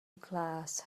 glas